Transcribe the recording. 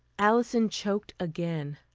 alison choked again.